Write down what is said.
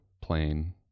plane